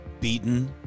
beaten